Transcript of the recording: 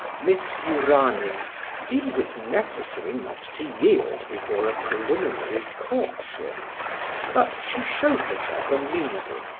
miss urania deemed it necessary not to yield before a preliminary courtship but she showed herself amenable,